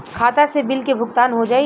खाता से बिल के भुगतान हो जाई?